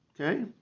Okay